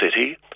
city